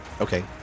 Okay